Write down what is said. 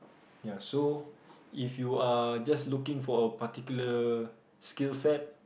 ya so if you are just looking for a particular skill set